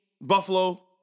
Buffalo